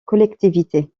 collectivité